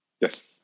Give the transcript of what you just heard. Yes